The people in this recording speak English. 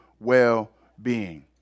well-being